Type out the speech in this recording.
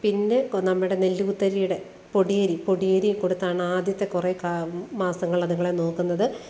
പിന്നെ കൊ നമ്മുടെ നെല്ല് കുത്തരീടെ പൊടിയരി പൊടിയരിയൊക്കെ കൊടുത്താണാദ്യത്തെ കുറെ കാ മാസങ്ങളത്ങ്ങളെ നോക്കുന്നത്